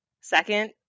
Second